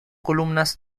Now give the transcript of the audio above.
columnas